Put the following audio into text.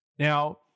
Now